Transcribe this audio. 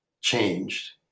changed